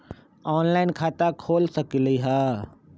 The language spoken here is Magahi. ऑनलाइन खाता खोल सकलीह?